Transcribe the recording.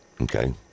Okay